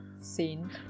scene